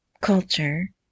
culture